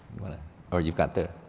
wanna or you've got the.